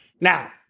Now